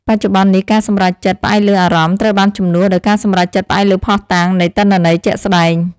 បច្ចុប្បន្ននេះការសម្រេចចិត្តផ្អែកលើអារម្មណ៍ត្រូវបានជំនួសដោយការសម្រេចចិត្តផ្អែកលើភស្តុតាងនៃទិន្នន័យជាក់ស្តែង។